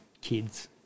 kids